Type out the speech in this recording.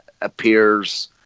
appears